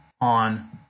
on